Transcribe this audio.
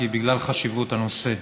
בגלל חשיבות הנושא,